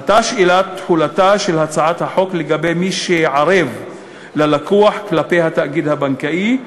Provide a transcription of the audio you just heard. עלתה שאלת תחולתה של הצעת החוק לגבי מי שערב ללקוח כלפי התאגיד הבנקאי,